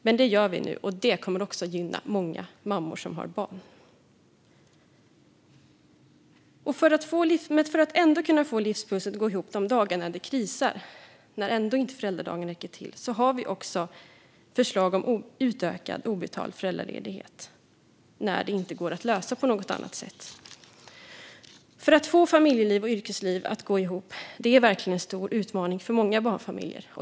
Men det gör vi nu. Och det kommer att gynna många mammor. För att man ändå ska kunna få livspusslet att gå ihop de dagar det ändå krisar och när föräldradagarna inte räcker till har vi förslag om utökad obetald föräldraledighet, när det inte går att lösa på något annat sätt. Att få familjeliv och yrkesliv att gå ihop är verkligen en stor utmaning för många barnfamiljer.